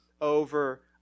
Over